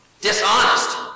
dishonest